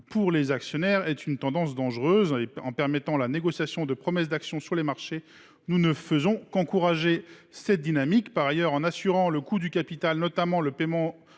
pour les actionnaires, est une tendance dangereuse. En permettant la négociation de promesses d’actions sur les marchés, nous ne faisons qu’encourager cette dynamique. Par ailleurs, en assurant le coût du capital, notamment le paiement